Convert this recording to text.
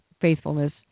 faithfulness